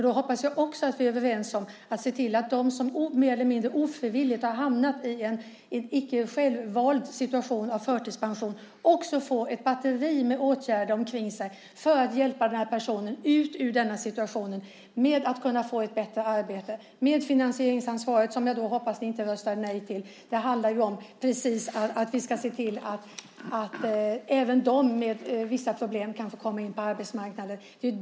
Då hoppas jag också att vi är överens om att se till att de som mer eller mindre ofrivilligt har hamnat i en situation av förtidspension också får ett batteri av åtgärder som kan hjälpa dem ut ur denna situation - det handlar om att kunna få ett bättre arbete och om medfinansieringsansvaret, som jag hoppas att ni inte röstade nej till, så att även de med vissa problem kan få komma in på arbetsmarknaden.